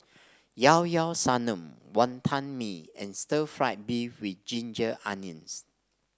Llao Llao Sanum Wantan Mee and Stir Fried Beef with Ginger Onions